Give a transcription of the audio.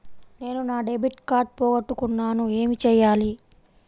నేను నా debit card పోగొట్టుకున్నాను ఏమి చేయాలి?